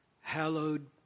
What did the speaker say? Hallowed